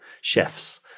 chefs